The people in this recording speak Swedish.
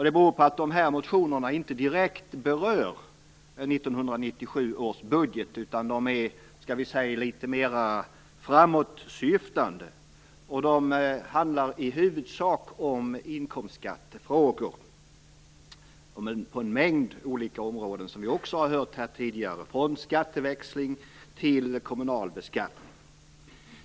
Det beror på att dessa motioner inte direkt berör 1997 års budget utan är litet mer framåtsyftande. De handlar i huvudsak om inkomstskattefrågor på en mängd olika områden, som vi också har hört här tidigare, från skatteväxling till kommunal beskattning.